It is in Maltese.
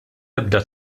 ebda